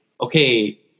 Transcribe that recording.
okay